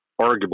arguably